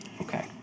Okay